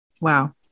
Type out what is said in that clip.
Wow